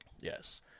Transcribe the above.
Yes